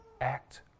act